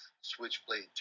Switchblade